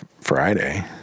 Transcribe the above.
Friday